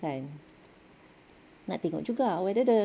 kan nak tengok juga whether the